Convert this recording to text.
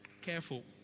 careful